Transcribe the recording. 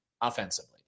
offensively